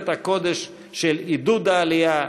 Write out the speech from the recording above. במלאכת הקודש של עידוד העלייה,